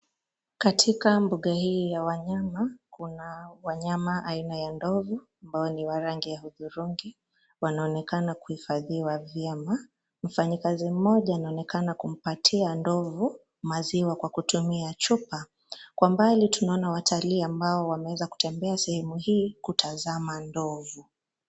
Katika mbuga hii ya wanyama, kuna wanyama aina ya ndovu ambao ni wa rangi ya udhurungi. Wanaonekana kuhifadhiwa vyema. Mfanyikazi mmoja anaonekana kumpatia ndovu maziwa kwa kutumia chupa. Kwa mbali, tunaona watalii ambao wameweza kutembea sehemu hii kutazama ndovu.